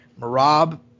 Marab